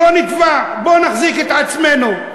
שלא נטבע, בואו נחזיק את עצמנו.